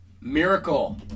Miracle